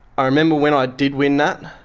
i remember when i did win that,